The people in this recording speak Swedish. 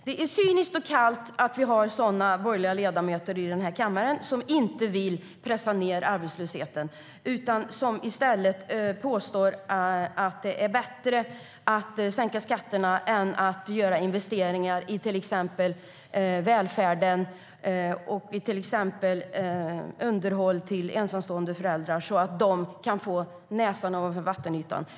Det är cyniskt och kallt att vi har borgerliga ledamöter i den här kammaren som inte vill pressa ned arbetslösheten. I stället påstår de att det är bättre att sänka skatterna än att göra investeringar till exempel i välfärden och underhåll till ensamstående föräldrar så att de kan få näsan ovanför vattenytan.